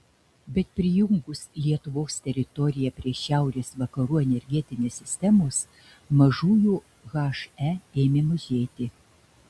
bet prijungus lietuvos teritoriją prie šiaurės vakarų energetinės sistemos mažųjų he ėmė mažėti